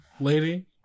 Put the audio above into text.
lady